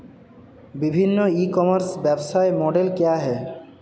विभिन्न e commerce व्यवसाय model क्या हैं?